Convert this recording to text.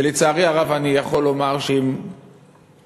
ולצערי הרב אני יכול לומר שאם החברים